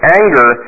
anger